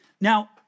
Now